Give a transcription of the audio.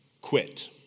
quit